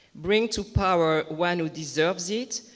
bring to power one who deserves it,